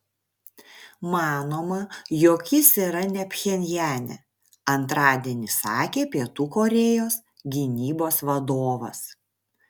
manoma jog jis yra ne pchenjane antradienį sakė pietų korėjos gynybos vadovas